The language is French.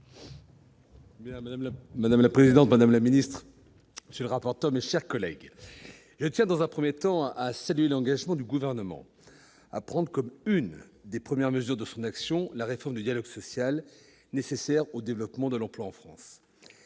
Madame la présidente, madame la ministre, monsieur le rapporteur, mes chers collègues, je tiens, dans un premier temps, à saluer l'engagement du Gouvernement, dont l'un des premiers actes est d'entreprendre la réforme du dialogue social, nécessaire au développement de l'emploi en France.